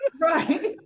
Right